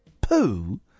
poo